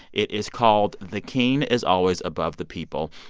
it is called the king is always above the people.